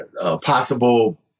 possible